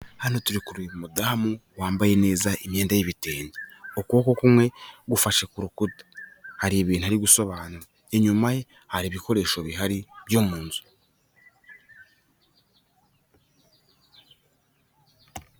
Hano turi kureba umudamu wambaye neza imyenda y'ibitenge, ukuboko kumwe gufashe ku rukuta hari ibintu ari gusobanura, inyuma ye hari ibikoresho bihari byo mu nzu.